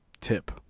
tip